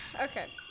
okay